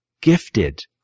gifted